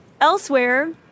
elsewhere